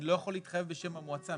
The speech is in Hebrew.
אני לא יכול להתחייב בשם המועצה.